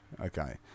Okay